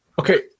Okay